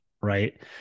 right